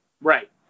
right